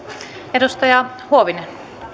edustaja huovinen